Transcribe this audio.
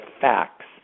facts